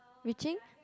reaching